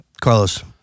Carlos